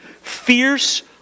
fierce